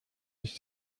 sich